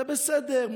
זה בסדר,